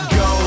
go